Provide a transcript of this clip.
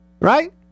Right